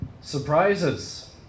surprises